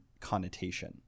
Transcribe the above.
connotation